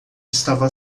estava